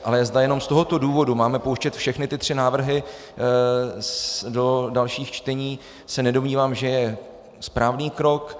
Ale zda jenom z tohoto důvodu máme pouštět všechny tři návrhy do dalších čtení, se nedomnívám, že je správný krok.